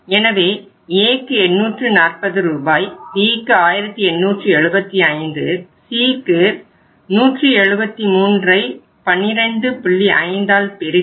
எனவே Aக்கு 840 ரூபாய் Bக்கு 1875 Cக்கு 173 X 12